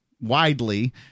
widely